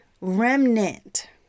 Remnant